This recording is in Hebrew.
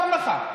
מה עוד נותר לך?